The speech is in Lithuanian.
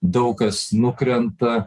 daug kas nukrenta